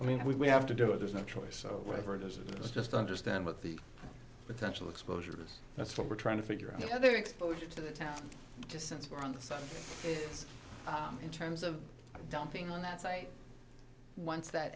i mean we have to do it there's no choice of whatever it is just understand what the potential exposure is that's what we're trying to figure out you know their exposure to the town just since we're on the site in terms of dumping on that site once that